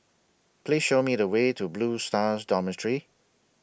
Please Show Me The Way to Blue Stars Dormitory